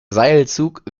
seilzug